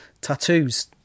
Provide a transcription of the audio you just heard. tattoos